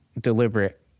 deliberate